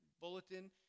bulletin